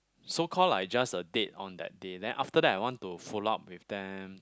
so call like just a date on that day then after that I want to follow up with them